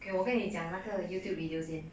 K 给我跟你讲那个 youtube videos 先